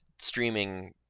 streaming